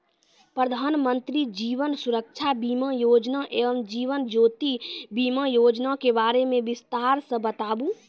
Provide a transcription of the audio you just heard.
प्रधान मंत्री जीवन सुरक्षा बीमा योजना एवं जीवन ज्योति बीमा योजना के बारे मे बिसतार से बताबू?